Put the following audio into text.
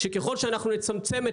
אסור היה לאפשר את